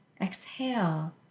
exhale